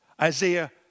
Isaiah